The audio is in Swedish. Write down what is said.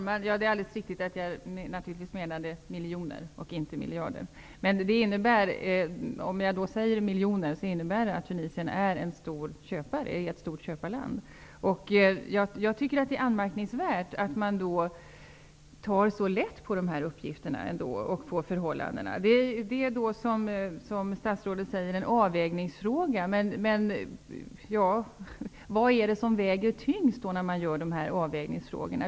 Herr talman! Det är alldeles riktigt att jag menade miljoner och inte miljarder. Men även om det gäller miljoner är Tunisien ett stort köparland. Jag tycker att det är anmärkningsvärt att man tar så lätt på dessa uppgifter och förhållanden. Det är, som statsrådet säger, en avvägningsfråga, men vad är det som väger tyngst i denna avvägning?